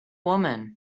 woman